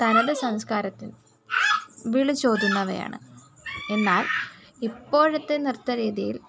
തനത് സംസ്കാരത്തിൽ വിളിച്ചോതുന്നവയാണ് എന്നാൽ ഇപ്പോഴത്തെ നൃത്തരീതിയിൽ